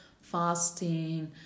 fasting